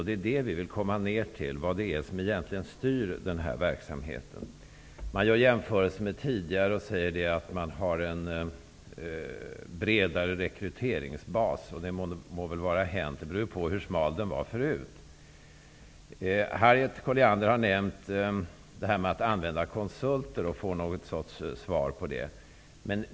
Det är detta vi vill komma fram till -- vad det är som egentligen styr den här verksamheten. Statsministern gör jämförelser med tidigare och säger att man har en bredare rekryteringsbas. Det må vara hänt, det beror ju på hur smal den var förut. Harriet Colliander har nämnt detta med att använda konsulter och vill ha ett svar på det.